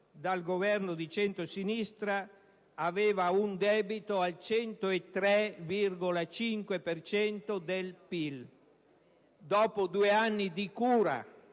dal Governo di centrosinistra aveva un debito al 103,5 per cento del PIL; dopo due anni di cura